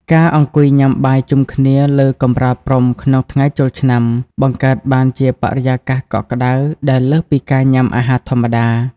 ការអង្គុយញ៉ាំបាយជុំគ្នាលើកម្រាលព្រំក្នុងថ្ងៃចូលឆ្នាំ បង្កើតបានជាបរិយាកាសកក់ក្ដៅដែលលើសពីការញ៉ាំអាហារធម្មតា។